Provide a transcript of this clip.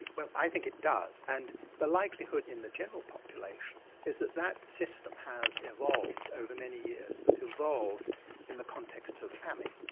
well i think it does and the likelihood in the general population is that that system has evolved over many years but evolved in the context of famine.